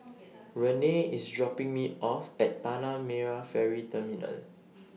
Renae IS dropping Me off At Tanah Merah Ferry Terminal